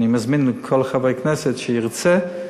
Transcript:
ואני מזמין כל חבר כנסת שירצה,